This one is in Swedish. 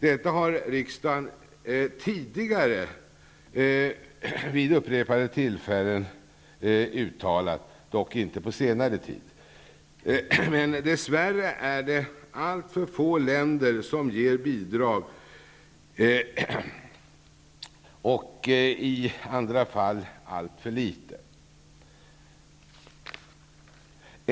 Detta har riksdagen tidigare vid upprepade tillfällen uttalat, dock inte på senare tid. Dess värre är det alltför få länder som ger bidrag, och i andra fall ger man alltför litet.